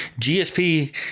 GSP